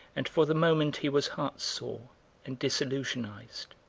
and for the moment he was heartsore and disillusionised,